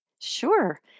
Sure